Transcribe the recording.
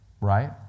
right